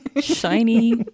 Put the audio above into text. Shiny